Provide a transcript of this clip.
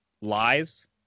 lies